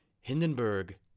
Hindenburg